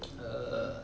err